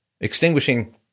extinguishing